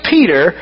Peter